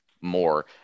more